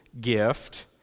gift